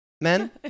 men